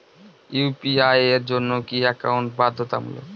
UPI এর জন্য কি একাউন্ট বাধ্যতামূলক?